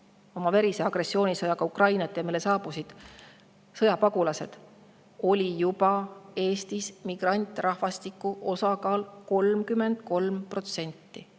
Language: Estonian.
oma verise agressioonisõjaga Ukrainat ja meile saabusid sõjapagulased, oli juba Eestis immigrantrahvastiku osakaal 33%.